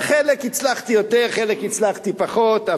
בחלק הצלחתי יותר ובחלק הצלחתי פחות.